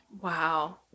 Wow